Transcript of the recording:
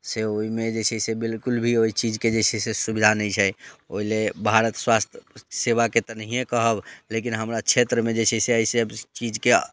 से ओहिमे जे छै से बिलकुल भी ओहि चीजके से सुविधा नहि छै ओहि लेल भारत स्वास्थ्य सेवाके तऽ नहिए कहब लेकिन हमरा क्षेत्रमे जे छै से एहिसब चीजके तऽ